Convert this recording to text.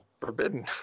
Forbidden